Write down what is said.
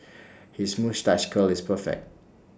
his moustache curl is perfect